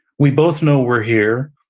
we both know we're here.